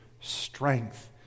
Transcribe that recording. strength